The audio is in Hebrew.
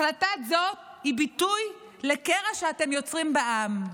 החלטה זו היא ביטוי לקרע שאתם יוצרים בעם.